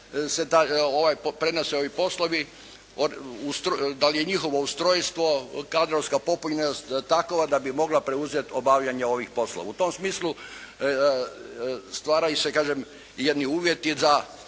se prenose ovi poslovi, da li je njihovo ustrojstvo, kadrovska popunjenost takva da bi mogla preuzeti obavljanje ovih poslova. U tom smislu stvaraju se kažem jedni uvjeti da